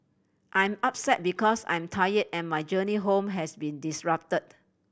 I'm upset because I'm tired and my journey home has been disrupted